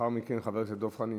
לאחר מכן, חבר הכנסת דב חנין.